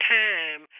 time